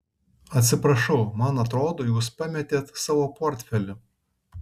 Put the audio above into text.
atsiprašau man atrodo jūs pametėt savo portfelį